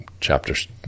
chapters